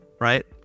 right